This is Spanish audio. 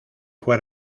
fue